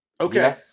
Okay